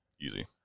easy